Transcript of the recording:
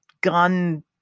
gun